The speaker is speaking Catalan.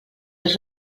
els